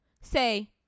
say